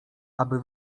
aby